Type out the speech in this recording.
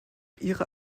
ihrer